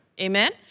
amen